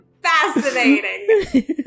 Fascinating